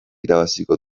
irabaziko